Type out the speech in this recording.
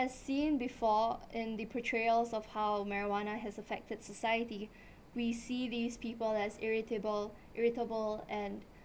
as seen before in the portrayals of how marijuana has affected society we see these people as irritable irritable and